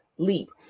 LEAP